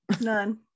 None